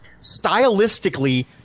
stylistically